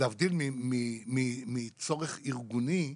להבדיל מצורך ארגוני,